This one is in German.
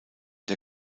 der